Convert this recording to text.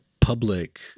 public